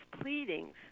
pleadings